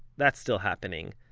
that's still happening,